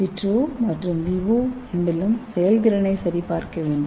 vitro மற்றும் vivo இரண்டிலும் செயல்திறனை சரிபார்க்க வேண்டும்